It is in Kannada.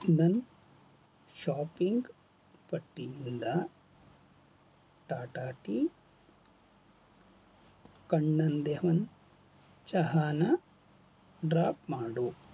ನನ್ನ ಶಾಪಿಂಗ್ ಪಟ್ಟಿಯಿಂದ ಟಾಟಾ ಟೀ ಕಣ್ಣನ್ ದೇವನ್ ಚಹಾನ ಡ್ರಾಪ್ ಮಾಡು